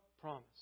promise